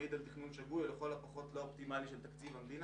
המעיד על תכנון שגוי או לכל הפחות לא אופטימלי של תקציב המדינה.